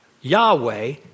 Yahweh